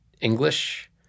English